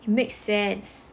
it makes sense